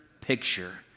picture